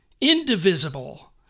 Indivisible